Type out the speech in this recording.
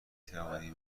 توانی